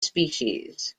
species